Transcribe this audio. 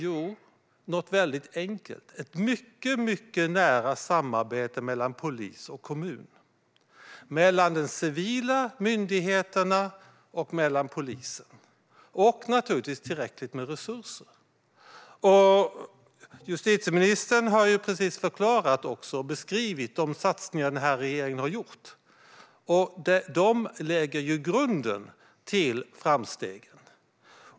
Jo, något väldigt enkelt: ett mycket nära samarbete mellan polis och kommun, mellan de civila myndigheterna och polisen - och naturligtvis tillräckligt med resurser. Justitieministern har ju precis förklarat och beskrivit de satsningar regeringen har gjort. De lägger grunden för framsteg.